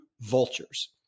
vultures